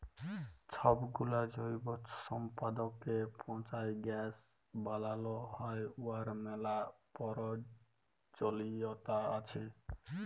ছবগুলা জৈব সম্পদকে পঁচায় গ্যাস বালাল হ্যয় উয়ার ম্যালা পরয়োজলিয়তা আছে